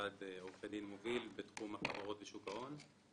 מוביל בתחום החברות בשוק ההון.